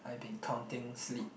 I've been counting sleep